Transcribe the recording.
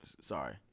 Sorry